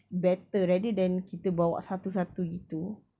better rather than kita bawa satu-satu gitu